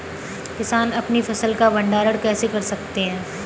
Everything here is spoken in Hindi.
किसान अपनी फसल का भंडारण कैसे कर सकते हैं?